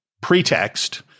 pretext